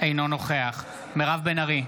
אינו נוכח מירב בן ארי,